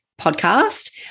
Podcast